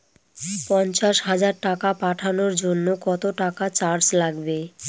পণ্চাশ হাজার টাকা পাঠানোর জন্য কত টাকা চার্জ লাগবে?